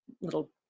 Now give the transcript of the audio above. little